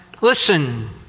listen